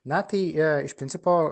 na tai jie iš principo